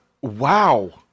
Wow